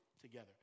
together